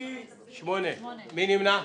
מי נמנע?